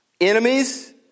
enemies